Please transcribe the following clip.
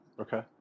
Okay